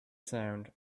sound